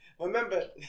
Remember